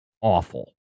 awful